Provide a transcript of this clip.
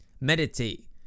meditate